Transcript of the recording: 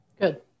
Good